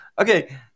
Okay